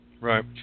Right